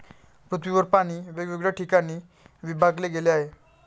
पृथ्वीवर पाणी वेगवेगळ्या ठिकाणी विभागले गेले आहे